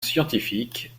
scientifique